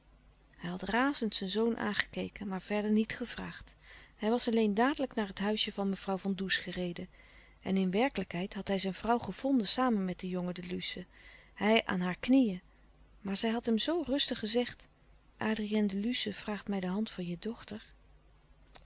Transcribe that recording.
razend zijn zoon aangekeken maar verder niet gevraagd hij was alleen dadelijk naar het huisje van mevrouw van does gereden en in werkelijkheid had hij zijn vrouw gevonden samen met den jongen de luce hij aan haar knieën maar zij had hem zoo rustig gezegd adrien de luce vraagt mij de hand van je dochter